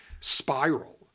spiral